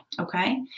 Okay